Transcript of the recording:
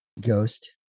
ghost